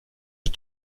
der